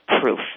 proof